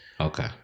Okay